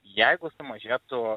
jeigu sumažėtų